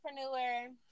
entrepreneur